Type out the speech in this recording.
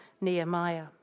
Nehemiah